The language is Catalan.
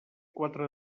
quatre